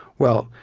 well,